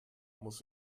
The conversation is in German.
muss